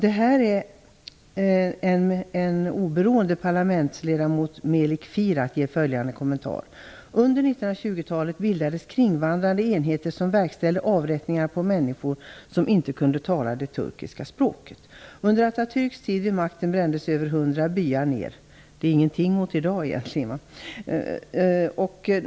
En oberoende parlamentsledamot, Melik Firat, ger följande kommentar: "Under 1920-talet bildades kringvandrande enheter som verkställde avrättningar på människor som inte kunde tala det turkiska språket. Under Atatürks tid vid makten brändes över hundra byar ner -." Det är ju egentligen ingenting jämfört med hur det är i dag.